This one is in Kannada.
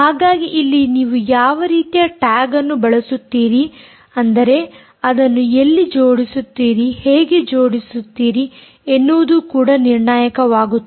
ಹಾಗಾಗಿ ಇಲ್ಲಿ ನೀವು ಯಾವ ರೀತಿಯ ಟ್ಯಾಗ್ ಅನ್ನು ಬಳಸುತ್ತೀರಿ ಅಂದರೆ ಅದನ್ನು ಎಲ್ಲಿ ಜೋಡಿಸುತ್ತೀರಿ ಹೇಗೆ ಜೋಡಿಸುತ್ತೀರಿ ಎನ್ನುವುದು ಕೂಡ ನಿರ್ಣಾಯಕವಾಗುತ್ತದೆ